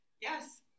Yes